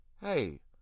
Hey